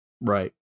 Right